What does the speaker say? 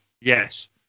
Yes